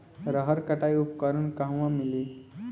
रहर कटाई उपकरण कहवा मिली?